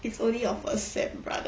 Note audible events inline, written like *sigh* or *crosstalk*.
it's only your first sem brother *laughs*